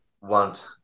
want